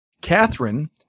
Catherine